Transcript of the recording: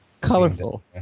Colorful